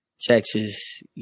Texas